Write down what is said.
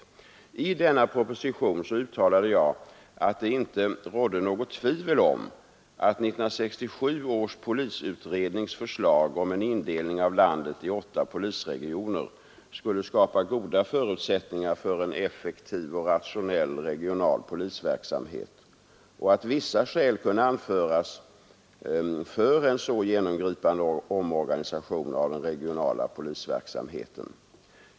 I denna proposition uttalade jag att det inte rådde något tvivel om att 1967 års polisutrednings förslag om en indelning av landet i åtta polisregioner skulle skapa goda förutsättningar för en effektiv och rationell regional polisverksamhet, och att vissa skäl kunde anföras för en så genomgripande omorganisation av den regionala polisverksamheten.